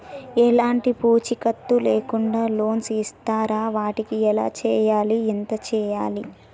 ఎలాంటి పూచీకత్తు లేకుండా లోన్స్ ఇస్తారా వాటికి ఎలా చేయాలి ఎంత చేయాలి?